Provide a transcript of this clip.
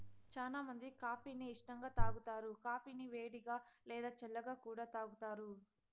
చానా మంది కాఫీ ని ఇష్టంగా తాగుతారు, కాఫీని వేడిగా, లేదా చల్లగా కూడా తాగుతారు